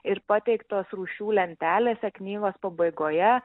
ir pateiktos rūšių lentelėse knygos pabaigoje